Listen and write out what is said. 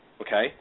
okay